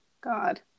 god